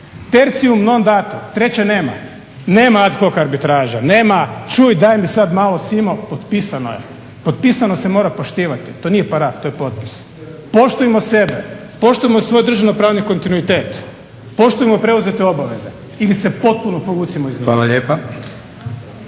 Tertium non datur – treće nema. Nema ad hoc arbitraža, nema čuj daj mi sad malo simo, potpisano je. Potpisano se mora poštivati, to nije paraf to je potpis. Poštujmo sebe, poštujmo svoj državnopravni kontinuitet, poštujmo preuzete obveze ili se potpuno povucimo iz ugovora.